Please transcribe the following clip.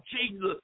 Jesus